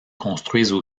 construisent